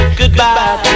goodbye